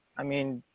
i mean,